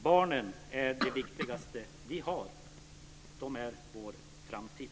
Barnen är det viktigaste vi har - de är vår framtid!